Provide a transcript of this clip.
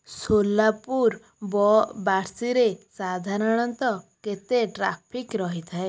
ସୋଲାପୁର ବାର୍ସିରେ ସାଧାରଣତଃ କେତେ ଟ୍ରାଫିକ୍ ରହିଥାଏ